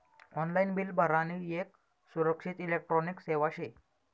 online bill भरानी येक सुरक्षित इलेक्ट्रॉनिक सेवा शे